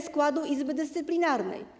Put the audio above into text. składu Izby Dyscyplinarnej.